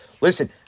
Listen